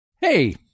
hey